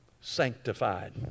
sanctified